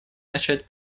начать